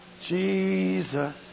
Jesus